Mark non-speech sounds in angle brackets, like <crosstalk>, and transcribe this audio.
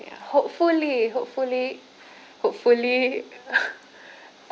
hopefully hopefully hopefully <laughs>